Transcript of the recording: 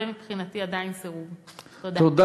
זה, מבחינתי, עדיין סירוב.